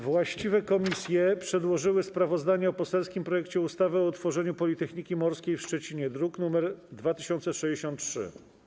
Właściwe komisje przedłożyły sprawozdanie o poselskim projekcie ustawy o utworzeniu Politechniki Morskiej w Szczecinie, druk nr 2063.